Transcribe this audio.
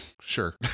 sure